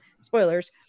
spoilers